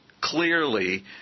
clearly